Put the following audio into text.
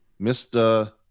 Mr